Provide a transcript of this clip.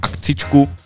akcičku